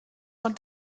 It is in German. man